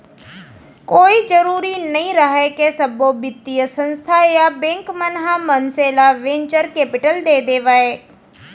कोई जरुरी नइ रहय के सब्बो बित्तीय संस्था या बेंक मन ह मनसे ल वेंचर कैपिलट दे देवय